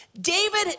David